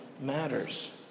matters